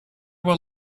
were